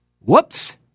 Whoops